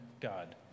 God